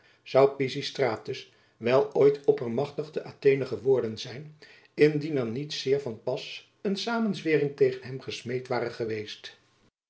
zoû pizistratus wel ooit oppermachtig te athene geworden zijn indien er niet zeer van pas een samenzwering tegen hem gesmeed ware geweest